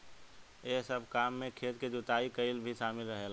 एह सब काम में खेत के जुताई कईल भी शामिल रहेला